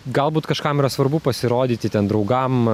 galbūt kažkam yra svarbu pasirodyti ten draugam